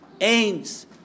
aims